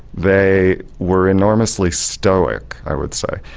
they were enormously stoic i would say,